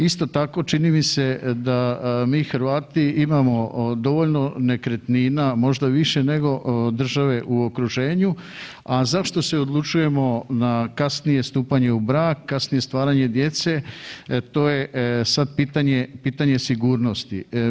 Isto tako čini mi se da mi Hrvati imamo dovoljno nekretnina možda više nego države u okruženju, a zašto se odlučujemo na kasnije stupanje u brak, na kasnije stvaranje djece, to je sad pitanje sigurnosti.